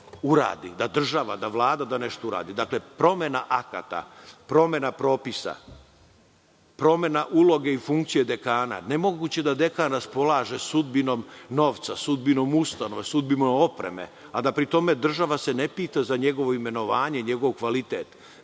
država, Vlada da nešto uradi? Dakle, promena akata, promena propisa, promena uloge i funkcije dekana. Nemoguće je da dekan raspolože sudbinom novca, sudbinom ustanove, sudbinom opreme, a da se pri tome država ne pita za njegovo imenovanje i njegov kvalitet,